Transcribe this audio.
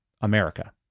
America